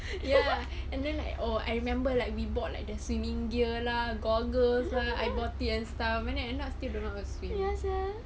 ya and then like oh I remember like we bought like their swimming gear lah goggles lah eye bolt and stuff but then we still don't know how to swim